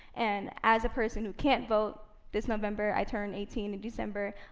and as a person who can't vote this november, i turn eighteen in december,